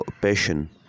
passion